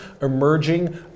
emerging